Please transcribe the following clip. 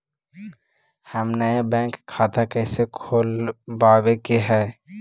हम नया बैंक खाता कैसे खोलबाबे के है?